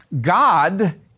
God